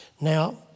Now